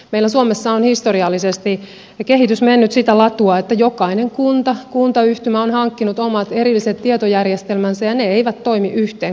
meillä suomessa on historiallisesti kehitys mennyt sitä latua että jokainen kunta kuntayhtymä on hankkinut omat erilliset tietojärjestelmänsä ja ne eivät toimi yhteen kuten tiedämme